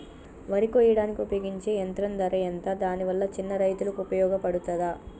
వరి కొయ్యడానికి ఉపయోగించే యంత్రం ధర ఎంత దాని వల్ల చిన్న రైతులకు ఉపయోగపడుతదా?